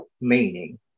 meaning